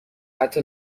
حتی